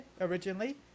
originally